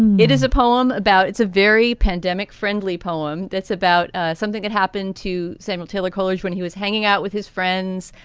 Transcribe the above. it is a poem about it's a very pandemic friendly poem that's about ah something that happened to samuel taylor coleridge when he was hanging out with his friends.